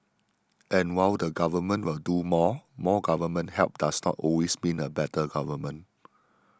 and while the government will do more more government help does not always mean a better government